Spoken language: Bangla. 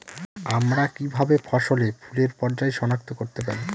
আমরা কিভাবে ফসলে ফুলের পর্যায় সনাক্ত করতে পারি?